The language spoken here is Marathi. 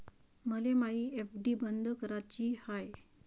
मले मायी एफ.डी बंद कराची हाय